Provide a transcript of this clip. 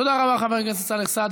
תודה רבה, חבר הכנסת סאלח סעד.